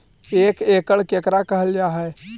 एक एकड़ केकरा कहल जा हइ?